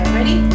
Ready